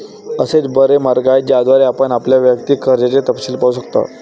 असे बरेच मार्ग आहेत ज्याद्वारे आपण आपल्या वैयक्तिक कर्जाचे तपशील पाहू शकता